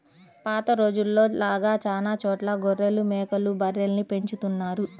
పాత రోజుల్లో లాగా చానా చోట్ల గొర్రెలు, మేకలు, బర్రెల్ని పెంచుతున్నారు